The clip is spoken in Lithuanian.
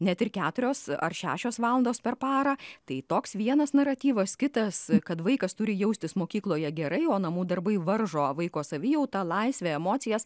net keturios ar šešios valandos per parą tai toks vienas naratyvas kitas kad vaikas turi jaustis mokykloje gerai o namų darbai varžo vaiko savijautą laisvėje emocijas